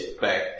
back